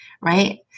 right